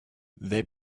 they